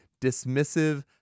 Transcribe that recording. dismissive